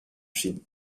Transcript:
chine